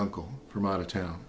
uncle from out of town